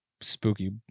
spooky